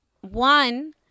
One